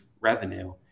revenue